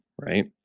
right